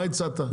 מה הצעת?